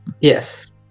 Yes